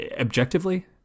objectively